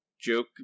joke